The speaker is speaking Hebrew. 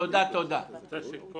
תודה, תודה, תודה.